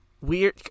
weird